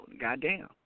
goddamn